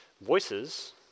Voices